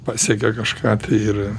pasiekia kažką ir